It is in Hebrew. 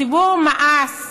הציבור מאס